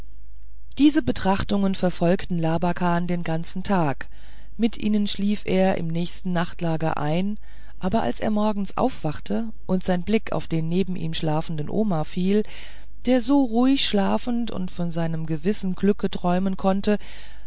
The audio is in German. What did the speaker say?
diese betrachtungen verfolgten labakan den ganzen tag mit ihnen schlief er im nächsten nachtlager ein aber als er morgens aufwachte und sein blick auf den neben ihm schlafenden omar fiel der so ruhig schlafen und von seinem gewissen glücke träumen konnte